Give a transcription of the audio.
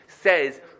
says